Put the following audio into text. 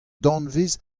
danvez